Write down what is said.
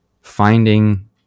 finding